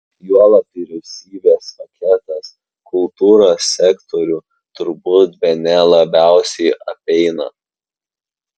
juolab vyriausybės paketas kultūros sektorių turbūt bene labiausiai apeina